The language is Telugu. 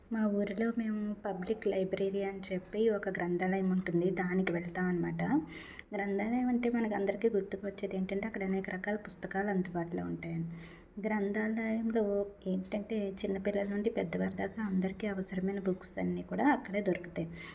మా ఊరిలో మేము పబ్లిక్ లైబ్రరీ అని చెప్పి ఒక గ్రంథాలయం ఉంటుంది దానికి వెళ్తాం అనమాట గ్రంథాలయం అంటే మనకి అందరికీ గుర్తుకొచ్చేదేంటంటే అనేక రకాల పుస్తకాలు అందుబాటులో ఉంటాయి గ్రంథాలయంలో ఏంటంటే చిన్నపిల్లల నుండి పెద్దవారు దాకా అందరికీ అవసరమైన బుక్స్ అన్నీ కూడా అక్కడే దొరుకుతాయి